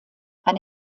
eine